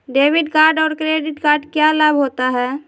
Debit card और credit card क्या लाभ होता है?